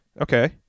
Okay